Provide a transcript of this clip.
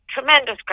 tremendous